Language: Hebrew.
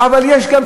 אבל יש גם,